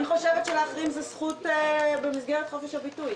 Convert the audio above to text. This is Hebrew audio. אני חושבת שלהחרים זה זכות במסגרת חופש הביטוי.